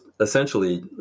essentially